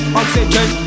oxygen